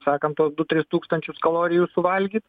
sakant tuos du tris tūkstančius kalorijų suvalgyt